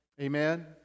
Amen